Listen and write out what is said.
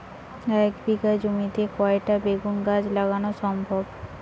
এক বিঘা জমিতে কয়টা বেগুন গাছ লাগানো সম্ভব?